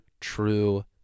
true